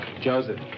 Joseph